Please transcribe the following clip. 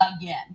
again